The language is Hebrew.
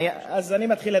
אז אני מתחיל,